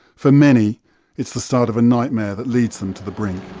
for many it's the start of a nightmare that leads them to the brink.